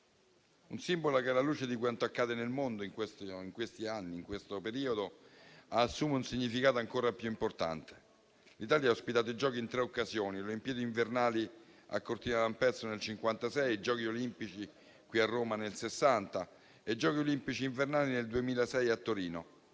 un simbolo che, alla luce di quanto accade nel mondo in questo periodo, assume un significato ancora più importante. L'Italia ha ospitato i giochi in tre occasioni: le Olimpiadi invernali a Cortina d'Ampezzo nel 1956, i Giochi olimpici qui a Roma nel 1960 e i Giochi olimpici invernali nel 2006 a Torino.